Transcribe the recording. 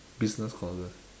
business courses